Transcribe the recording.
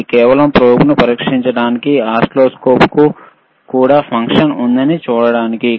ఇది కేవలం ప్రోబ్ను పరీక్షించడానికి ఓసిల్లోస్కోప్కు కూడా ఫంక్షన్ ఉందని చూపించడానికి